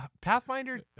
Pathfinder